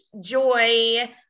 joy